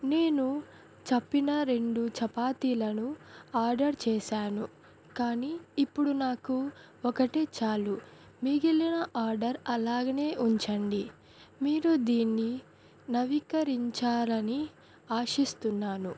నేను చెప్పిన రెండు చపాతీలను ఆర్డర్ చేశాను కానీ ఇప్పుడు నాకు ఒకటే చాలు మిగిలిన ఆర్డర్ అలాగనే ఉంచండి మీరు దీన్ని నవీకరించాలని ఆశిస్తున్నాను